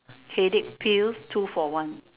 headache pill two for one